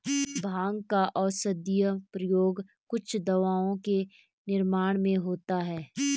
भाँग का औषधीय प्रयोग कुछ दवाओं के निर्माण में होता है